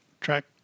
track